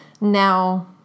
now